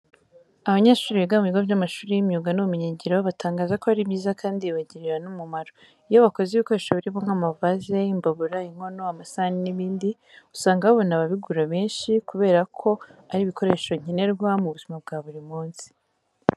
Abanyeshuri biga mu bigo by'amashuri y'imyuga n'ubumenyingiro batangaza ko ari byiza kandi bibagirira n'umumaro. Iyo bakoze ibikoresho birimo nk'amavaze, imbabura, inkono, amasahani n'ibindi usanga babona ababigura benshi kubera ko ari ibikoresho nkenerwa mu buzima bwa buri munsi.